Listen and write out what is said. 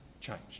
changed